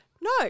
No